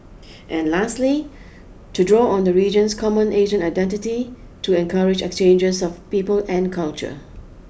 and lastly to draw on the region's common Asian identity to encourage exchanges of people and culture